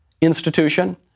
institution